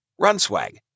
Runswag